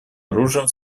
оружием